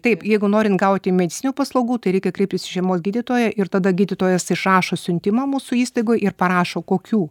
taip jeigu norint gauti medicininių paslaugų tai reikia kreiptis į šeimos gydytoją ir tada gydytojas išrašo siuntimą mūsų įstaigoj ir parašo kokių